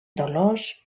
dolors